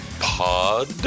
pod